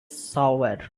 sawyer